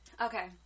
Okay